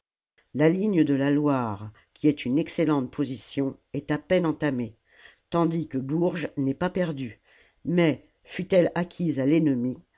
la ligne de la loire qui est une excellente position est à peine entamée tant que bourges n'est pas perdu mais fût-elle acquise à l'ennemi